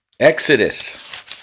Exodus